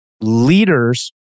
Leaders